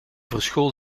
verschool